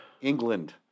England